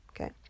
okay